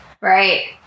right